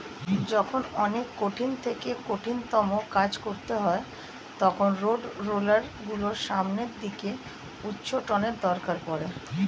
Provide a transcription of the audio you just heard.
যখন অনেক কঠিন থেকে কঠিনতম কাজ করতে হয় তখন রোডরোলার গুলোর সামনের দিকে উচ্চটানের দরকার পড়ে